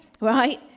right